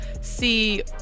see